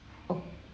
okay